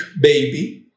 baby